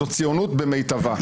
זו ציונות במיטבה.